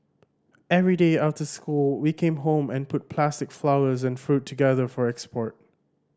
every day after school we came home and put plastic flowers and fruit together for export